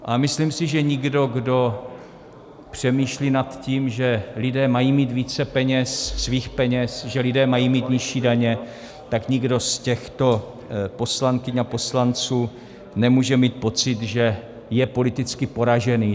A myslím si, že nikdo, kdo přemýšlí nad tím, že lidé mají mít více peněz, svých peněz, že lidé mají mít nižší daně, nikdo z těchto poslankyň a poslanců nemůže mít pocit, že je politicky poražený.